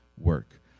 work